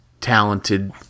talented